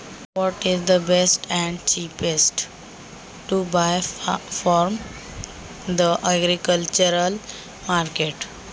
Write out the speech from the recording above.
कृषी बाजारातून खरेदी करण्यासाठी सर्वात चांगले आणि स्वस्त काय आहे?